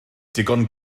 digon